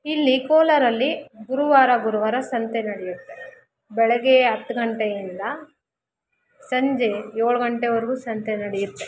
ಇಲ್ಲಿ ಕೋಲಾರಲ್ಲಿ ಗುರುವಾರ ಗುರುವಾರ ಸಂತೆ ನಡಿಯತ್ತೆ ಬೆಳಿಗ್ಗೆ ಹತ್ತು ಗಂಟೆಯಿಂದ ಸಂಜೆ ಏಳು ಗಂಟೆವರೆಗೂ ಸಂತೆ ನಡಿಯತ್ತೆ